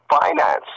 finance